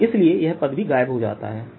और इसलिए यह पद भी गायब हो जाता है